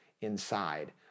inside